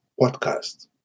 podcast